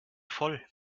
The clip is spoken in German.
voll